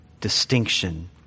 distinction